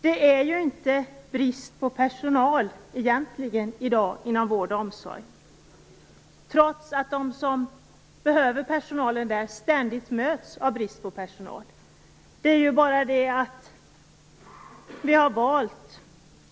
Det är ju inte brist på personal egentligen i dag inom vård och omsorg, trots att de som behöver personalen där ständigt möts av brist på personal.